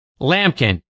Lampkin